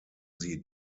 sie